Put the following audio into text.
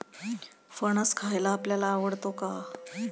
फणस खायला आपल्याला आवडतो का?